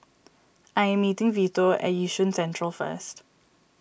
I am meeting Vito at Yishun Central first